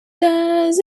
does